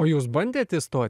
o jūs bandėt įstot